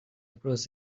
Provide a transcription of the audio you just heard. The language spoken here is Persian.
ابراز